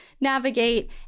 navigate